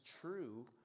true